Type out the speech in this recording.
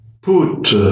put